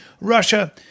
Russia